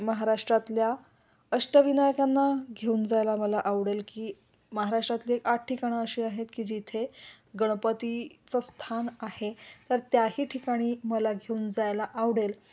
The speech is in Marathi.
महाराष्ट्रातल्या अष्टविनायकांना घेऊन जायला मला आवडेल की महाराष्ट्रातली एक आठ ठिकाणं अशी आहेत की जिथे गणपतीचं स्थान आहे तर त्याही ठिकाणी मला घेऊन जायला आवडेल